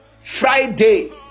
Friday